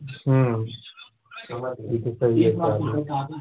हँ